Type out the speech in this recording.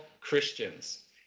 Christians